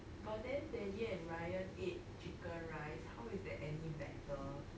but then daddy and ryan ate chicken rice how is that any better